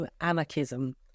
anarchism